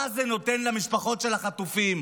מה זה נותן למשפחות של החטופים?